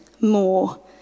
more